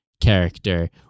character